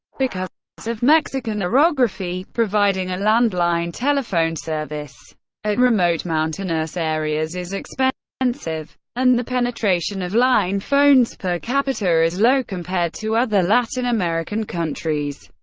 because of mexican orography, providing a landline telephone service at remote mountainous areas is expensive, and the penetration of line-phones per capita is low compared to other latin american countries,